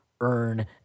earn